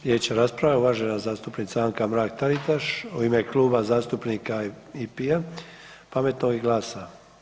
Sljedeća rasprava uvažena zastupnica Anka Mrak TAritaš u ime Kluba zastupnika IP-a, Pametnog i GLAS-a.